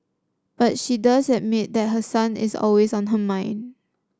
but she does admit that her son is always on her mind